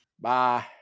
Bye